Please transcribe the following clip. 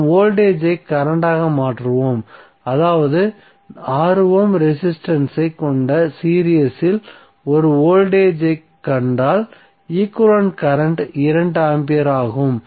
நாம் வோல்டேஜ் ஐ கரண்ட் ஆக மாற்றுவோம் அதாவது 6 ஓம் ரெசிஸ்டன்ஸ் ஐ கொண்ட சீரிஸ் இல் ஒரு வோல்டேஜ் ஐக் கண்டால் ஈக்வலன்ட் கரண்ட் 2 ஆம்பியர் ஆகும்